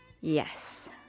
yes